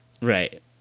Right